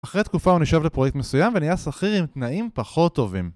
אחרי תקופה הוא נשאב לפרויקט מסוים ונהיה שכיר עם תנאים פחות טובים